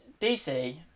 DC